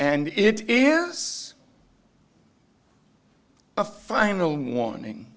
and it is a final warning